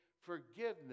Forgiveness